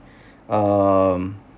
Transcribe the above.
um